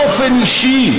באופן אישי,